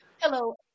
Hello